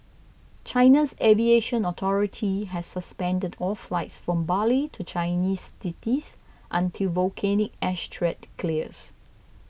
China's aviation authority has suspended all flights from Bali to Chinese cities until volcanic ash threat clears